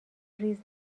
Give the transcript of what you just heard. ریز